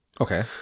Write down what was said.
okay